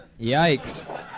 Yikes